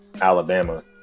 Alabama